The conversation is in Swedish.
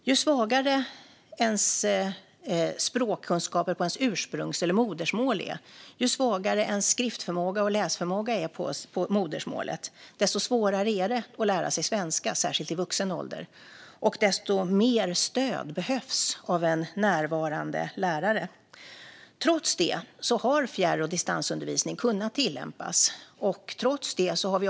Ju svagare ens språkkunskaper på ens modersmål är, ju svagare ens skriftförmåga och läsförmåga är på modersmålet, desto svårare är det att lära sig svenska, särskilt i vuxen ålder, och desto mer stöd behövs av en närvarande lärare. Trots det har fjärr och distansundervisning kunnat tillämpas.